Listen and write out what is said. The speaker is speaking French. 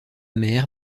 mère